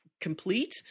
complete